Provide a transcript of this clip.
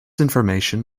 information